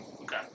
Okay